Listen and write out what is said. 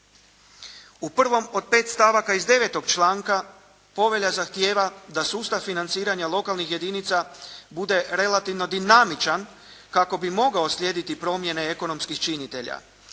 U prvom od pet stavaka iz 9. članka Povelja zahtijeva da sustav financiranja lokalnih jedinica bude relativno dinamičan kako bi mogao slijediti promjene ekonomskih činitelja.